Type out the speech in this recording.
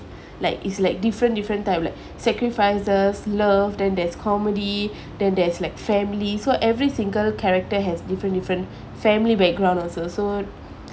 like it's like different different type like sacrifices love then there's comedy then there's like family so every single character has different different family background also so